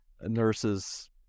nurses